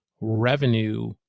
revenue